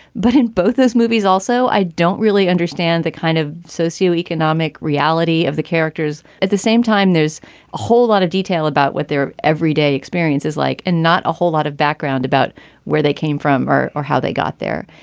but in both those movies also, i don't really understand the kind of socio economic reality of the characters. at the same time, there's a whole lot of detail about what their everyday experiences like and not a whole lot of background about where they came from or or how they got there.